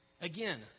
Again